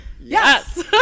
Yes